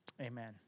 amen